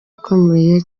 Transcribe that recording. ukomeye